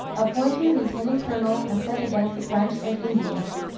appointed lieutenant-colonel and sent against the french and indians.